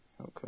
Okay